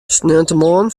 saterdeitemoarn